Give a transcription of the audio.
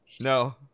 No